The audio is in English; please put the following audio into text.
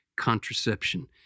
contraception